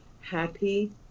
Happy